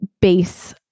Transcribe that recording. base